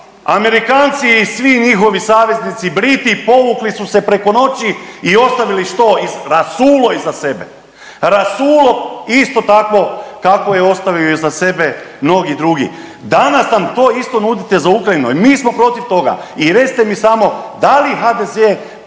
Amerikanci i svi njihovi saveznici Briti povukli su se preko noći i ostavili što? Rasulo iza sebe, rasulo isto tako kakvo je ostavio iza sebe mnogi drugi. Danas nam to isto nudite za Ukrajinu, mi smo protiv toga i recite mi samo da li HDZ